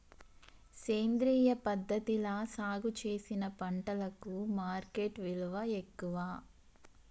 సేంద్రియ పద్ధతిలా సాగు చేసిన పంటలకు మార్కెట్ విలువ ఎక్కువ